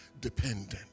dependent